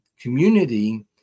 community